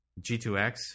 G2X